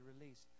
released